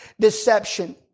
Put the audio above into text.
deception